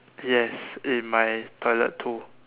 yes in my toilet too